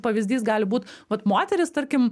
pavyzdys gali būt vat moteris tarkim